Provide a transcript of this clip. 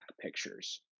pictures